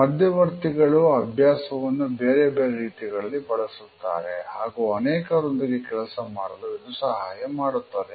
ಮಧ್ಯವರ್ತಿಗಳು ಅಭ್ಯಾಸವನ್ನು ಬೇರೆ ಬೇರೆ ರೀತಿಗಳಲ್ಲಿ ಬಳಸುತ್ತಾರೆ ಹಾಗೂ ಅನೇಕರೊಂದಿಗೆ ಕೆಲಸಮಾಡಲು ಇದು ಸಹಾಯ ಮಾಡುತ್ತದೆ